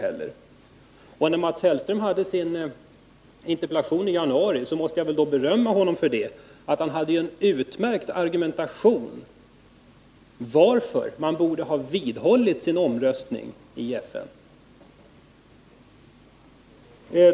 Jag måste berömma Mats Hellström för den argumentation han förde i samband med sin interpellation i januari. Han utvecklade där varför Sverige vid omröstningen i FN borde ha vidhållit sitt tidigare ställningstagande.